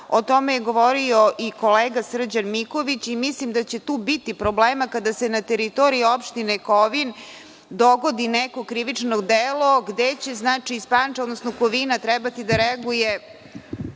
tome je govorio i kolega Srđan Miković i mislim da će tu biti problema, kada se na teritoriji opštine Kovin dogodi neko krivično delo gde će iz Pančeva, odnosno Kovina trebati da reaguje